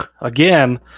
again